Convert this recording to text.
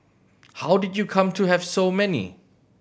how did you come to have so many